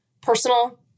personal